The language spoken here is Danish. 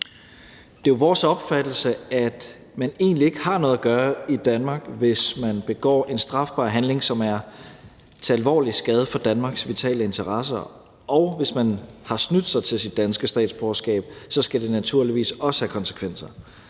Det er jo vores opfattelse, at man egentlig ikke har noget at gøre i Danmark, hvis man begår en strafbar handling, som er til alvorlig skade for Danmarks vitale interesser, og hvis man har snydt sig til sit danske statsborgerskab, skal det naturligvis også have konsekvenser.